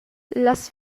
las